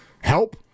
help